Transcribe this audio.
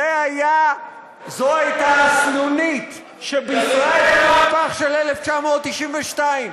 זו הייתה הסנונית שבישרה את רק"ח של 1992,